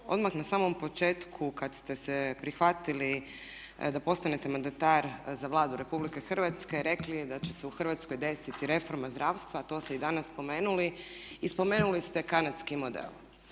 odmah na samom početku kad ste se prihvatili da postanete mandatar za Vladu Republike Hrvatske rekli da će se u Hrvatskoj desiti reforma zdravstva, a to ste i danas spomenuli i spomenuli ste kanadski model.